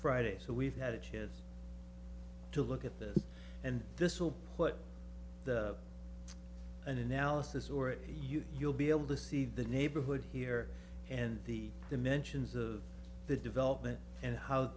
friday so we've had a chance to look at this and this will put an analysis or if you do you'll be able to see the neighborhood here and the dimensions of the development and how